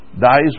dies